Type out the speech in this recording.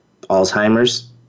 Alzheimer's